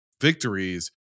victories